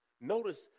Notice